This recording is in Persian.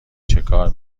چکار